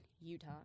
utah